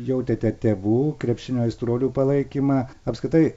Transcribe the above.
jautėte tėvų krepšinio aistruolių palaikymą apskritai